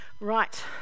Right